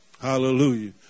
Hallelujah